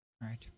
Right